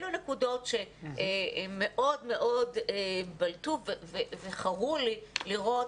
אלו נקודות שמאוד מאוד בלטו וחרו לי לראות.